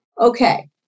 Okay